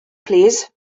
plîs